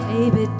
Baby